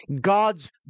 God's